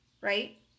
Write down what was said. Right